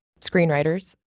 screenwriters